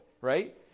right